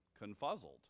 confuzzled